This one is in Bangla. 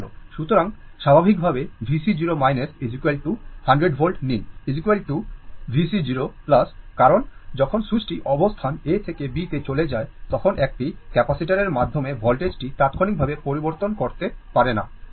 সুতরাং স্বাভাবিকভাবে VC 0 100 volt নিন VC 0 কারণ যখন সুইচটি অবস্থান A থেকে B তে চলে যায় তখন একটি ক্যাপাসিটারের মাধ্যমে voltageটি তাৎক্ষণিকভাবে পরিবর্তন করতে পারে না